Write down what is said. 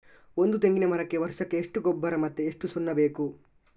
ಒಂದು ತೆಂಗಿನ ಮರಕ್ಕೆ ವರ್ಷಕ್ಕೆ ಎಷ್ಟು ಗೊಬ್ಬರ ಮತ್ತೆ ಎಷ್ಟು ಸುಣ್ಣ ಬೇಕು?